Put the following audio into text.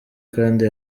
kandi